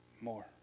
more